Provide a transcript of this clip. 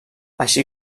així